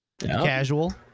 Casual